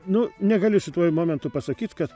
nu negaliu situoj momentu pasakyt kad